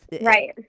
right